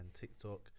TikTok